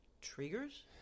triggers